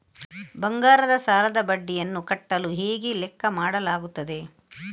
ಬಂಗಾರದ ಸಾಲದ ಬಡ್ಡಿಯನ್ನು ಕಟ್ಟಲು ಹೇಗೆ ಲೆಕ್ಕ ಮಾಡಲಾಗುತ್ತದೆ?